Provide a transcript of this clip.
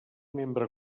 membre